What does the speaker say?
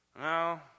No